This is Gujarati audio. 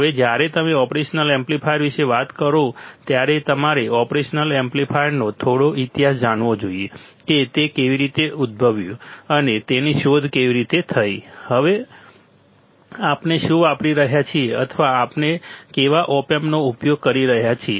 હવે જ્યારે તમે ઓપરેશન એમ્પ્લીફાયર વિશે વાત કરો ત્યારે તમારે ઓપરેશનલ એમ્પ્લીફાયરનો થોડો ઇતિહાસ જાણવો જોઈએ કે તે કેવી રીતે ઉદ્ભવ્યું અને તેની શોધ કેવી રીતે થઈ અને હવે આપણે શું વાપરી રહ્યા છીએ અથવા આપણે કેવા ઓપ એમ્પનો ઉપયોગ કરી રહ્યા છીએ